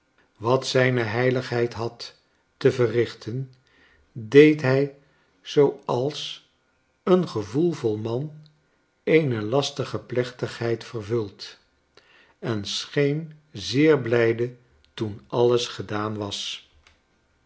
wat zijne heiligheid had te verrichten deed hij zooals een gevoelvol man eene lastige plechtigheid vervult en scheen zeer blijde toen alles gedaan was